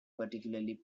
particularly